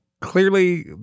clearly